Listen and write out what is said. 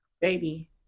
Baby